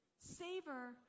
Savor